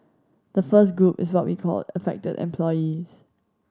the first group is what we called affected employees